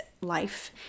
life